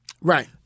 Right